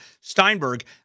Steinberg